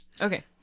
Okay